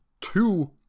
two